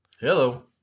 Hello